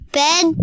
bed